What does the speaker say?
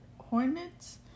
Hornets